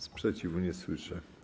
Sprzeciwu nie słyszę.